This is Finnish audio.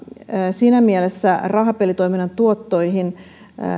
siinä mielessä rahapelitoiminnan tuottoihin